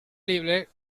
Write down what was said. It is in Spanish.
libre